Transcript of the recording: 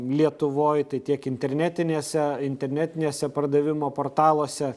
lietuvoj tai tiek internetinėse internetinėse pardavimo portaluose